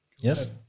Yes